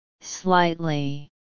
Slightly